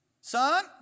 Son